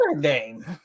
game